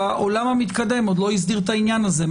העולם המתקדם עוד לא הסדיר את העניין הזה,